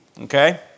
Okay